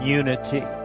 unity